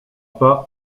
pas